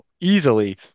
easily